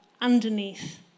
underneath